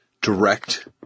direct